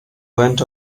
went